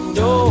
no